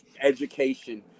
education